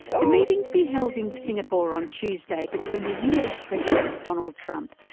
the meeting to be held in singapore on tuesday between the us president, donald trump,